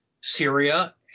Syria